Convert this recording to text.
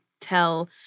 tell